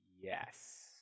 Yes